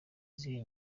izihe